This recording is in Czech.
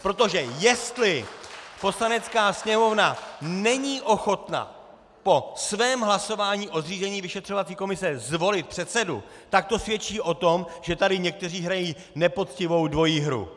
Protože jestli Poslanecká sněmovna není ochotna po svém hlasování o zřízení vyšetřovací komise zvolit předsedu, tak to svědčí o tom, že tady někteří hrají nepoctivou dvojí hru.